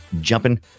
jumping